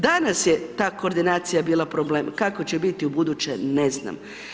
Danas je ta koordinacija bila problem, kako se biti ubuduće ne znam.